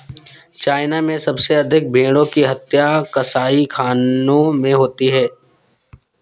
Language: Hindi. चाइना में सबसे अधिक भेंड़ों की हत्या कसाईखानों में होती है